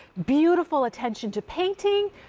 beautiful attention to painting.